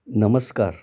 नमस्कार